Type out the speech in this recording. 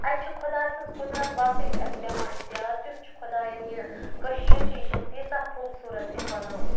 اَتہِ چھُ خۄداے سٕنٛز قُدرَت واقٕے پٮ۪وان اَسہِ یاد تٮُ۪تھ چھُ خۄدایَن یہِ کٔشیٖر چھِ یہِ چھےٚ تیٖژاہ خوٗبصوٗرت أمۍ بَنٲومٕژ